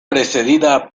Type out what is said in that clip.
precedida